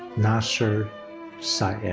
nasir syed.